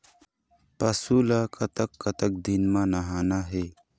पशु ला कतक कतक दिन म नहाना हे?